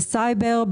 יש סייבר,